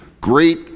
great